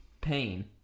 Pain